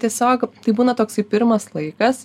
tiesiog tai būna toksai pirmas laikas